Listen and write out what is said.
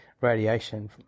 radiation